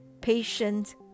patient